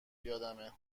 یادمه